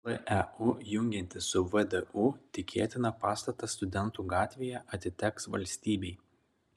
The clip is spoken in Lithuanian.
leu jungiantis su vdu tikėtina pastatas studentų gatvėje atiteks valstybei